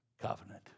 covenant